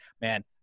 man